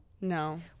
No